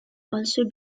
also